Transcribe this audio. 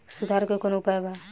सुधार के कौनोउपाय वा?